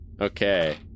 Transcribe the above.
Okay